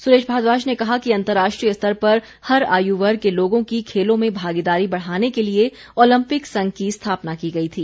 सुरेश भारद्वाज ने कहा कि अंतर्राष्ट्रीय स्तर पर हर आयुवर्ग के लोगों की खेलों में भागीदारी बढ़ाने के लिए ओलंपिक संघ की स्थापना की गई थी